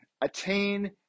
attain